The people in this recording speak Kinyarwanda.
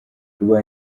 rwa